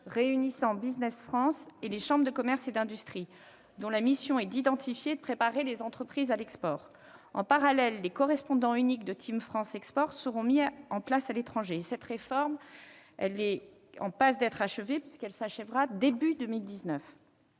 réunissant Business France et les chambres de commerce et d'industrie, dont la mission est d'identifier et de préparer les entreprises à l'export. En parallèle, les correspondants uniques de « Team France Export » seront mis en place à l'étranger. Cette réforme s'achèvera au début de 2019.